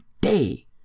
day